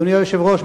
אדוני היושב-ראש,